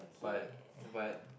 but but